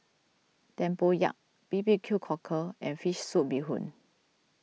Tempoyak B B Q Cockle and Fish Soup Bee Hoon